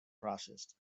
processed